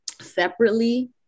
separately